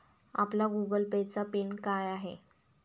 आपला Google Pay चा pin काय आहे?